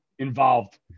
involved